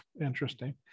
interesting